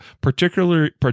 particularly